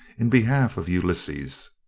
in behalf of ulysses,